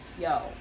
yo